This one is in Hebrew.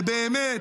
ובאמת,